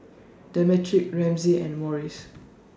Demetric Ramsey and Maurice